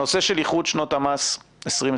הנושא של איחוד שנות המס 2021,